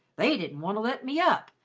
they didn't want to let me up.